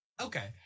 Okay